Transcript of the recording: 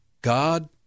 God